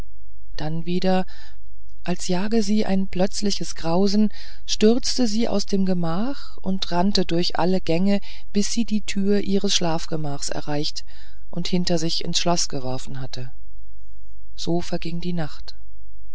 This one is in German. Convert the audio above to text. dann wieder als jage sie ein plötzliches grausen stürzte sie aus dem gemach und rannte durch alle gänge bis sie die tür ihres schlafgemachs erreicht und hinter sich ins schloß geworfen hatte so verging die nacht